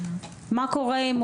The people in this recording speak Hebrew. מה קורה אם